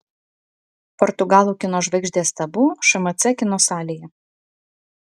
portugalų kino žvaigždės tabu šmc kino salėje